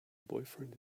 boyfriend